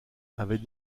avait